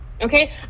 Okay